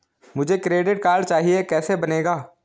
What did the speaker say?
मुझे credit card चाहिए कैसे बनेगा?